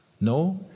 No